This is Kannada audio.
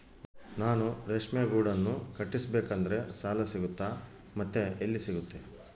ನಾನು ರೇಷ್ಮೆ ಗೂಡನ್ನು ಕಟ್ಟಿಸ್ಬೇಕಂದ್ರೆ ಸಾಲ ಸಿಗುತ್ತಾ ಮತ್ತೆ ಎಲ್ಲಿ ಸಿಗುತ್ತೆ?